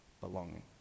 belonging